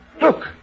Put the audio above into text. Look